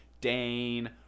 dane